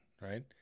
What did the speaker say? right